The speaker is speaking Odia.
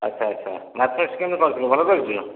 ଆଚ୍ଛା ଆଚ୍ଛା ମ୍ୟାଥ୍ମେଟିକ୍ସ୍ କେମିତି କରିଥିଲୁ ଭଲ କରିଛୁ